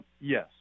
Yes